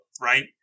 right